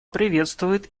приветствует